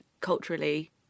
culturally